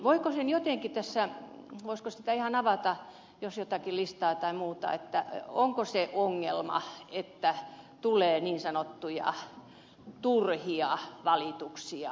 voisiko sitä jotenkin ihan avata jos olisi jotakin listaa tai muuta onko se ongelma että tulee niin sanottuja turhia valituksia